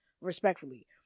respectfully